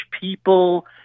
people